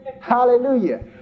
Hallelujah